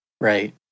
Right